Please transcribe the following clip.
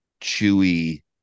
chewy